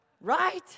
Right